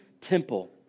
temple